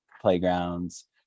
playgrounds